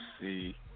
see